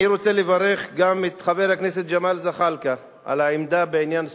אני רוצה לברך גם את חבר הכנסת ג'מאל זחאלקה על העמדה בעניין סוריה.